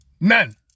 None